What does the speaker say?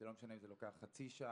לא משנה אם זה לוקח חצי שעה,